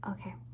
Okay